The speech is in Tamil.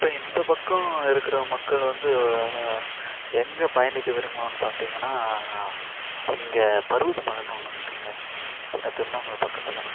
இப்போ இந்த பக்கம் இருக்கிற மக்கள் வந்து எங்கே பயணிக்க விரும்புவோம்னு பார்த்தீங்கன்னா இங்கே பர்வதமலன்னு ஒன்று இருக்குதுங்க எங்கள் திருவண்ணாமலை பக்கத்தில்